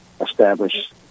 establish